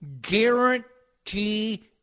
guarantee